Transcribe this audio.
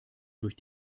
durch